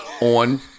On